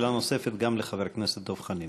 שאלה נוספת גם לחבר הכנסת דב חנין.